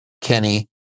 Kenny